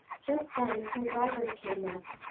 just then her driver came up,